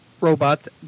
robots